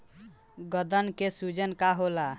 गदन के सूजन का होला?